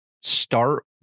start